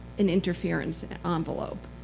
an interference and um envelope.